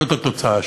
זאת התוצאה שלה.